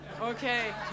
Okay